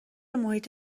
محیط